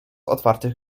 otwartych